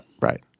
Right